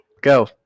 Go